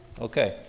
Okay